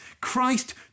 Christ